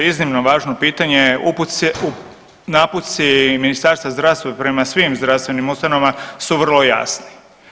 Iznimno važno pitanje. .../nerazumljivo/... naputci Ministarstva zdravstva prema svim zdravstvenim ustanovama su vrlo jasni.